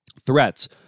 Threats